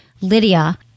Lydia